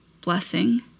blessing